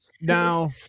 now